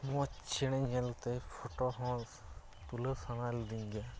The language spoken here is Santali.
ᱢᱚᱡᱽ ᱪᱮᱬᱮ ᱧᱮᱞᱛᱮ ᱯᱷᱚᱴᱚ ᱦᱚᱸ ᱛᱩᱞᱟᱹᱣ ᱥᱟᱱᱟ ᱞᱮᱫᱮᱧ ᱜᱮᱭᱟ